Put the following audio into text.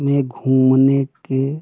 में घूमने के